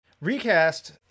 Recast